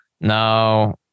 No